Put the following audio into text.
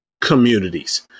communities